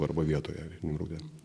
arba vietoje nimrude